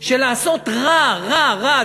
של לעשות רע, רע, רע?